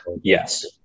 Yes